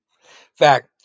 fact